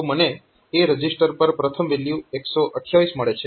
તો મને A register પર પ્રથમ વેલ્યુ 128 મળે છે